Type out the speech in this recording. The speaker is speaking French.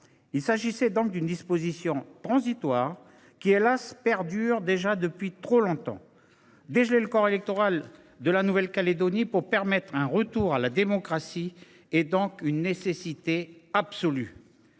Il s’agissait donc d’une disposition transitoire, qui, hélas ! perdure déjà depuis trop longtemps. Dégeler le corps électoral de la Nouvelle Calédonie pour permettre un retour de la démocratie est donc une nécessité absolue.